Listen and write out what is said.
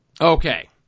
Okay